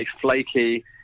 flaky